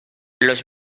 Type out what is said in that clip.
los